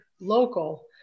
local